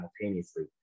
simultaneously